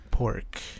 pork